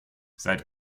seit